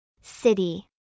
City